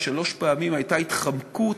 ושלוש פעמים הייתה התחמקות